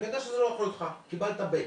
אני יודע שזה לא כולל אותך, קיבלת קובץ,